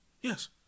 Yes